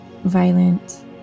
Violent